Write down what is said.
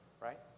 right